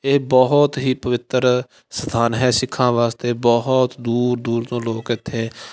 ਇਹ ਬਹੁਤ ਹੀ ਪਵਿੱਤਰ ਸਥਾਨ ਹੈ ਸਿੱਖਾਂ ਵਾਸਤੇ ਬਹੁਤ ਦੂਰ ਦੂਰ ਤੋਂ ਲੋਕ ਇਥੇ